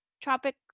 Tropic